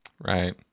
Right